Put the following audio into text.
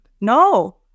No